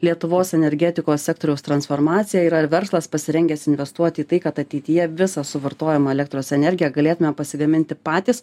lietuvos energetikos sektoriaus transformaciją ir ar verslas pasirengęs investuoti į tai kad ateityje visą suvartojamą elektros energiją galėtume pasigaminti patys